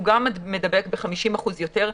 הוא גם מדבק ב-50% יותר,